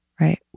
Right